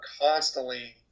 constantly